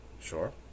sure